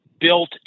built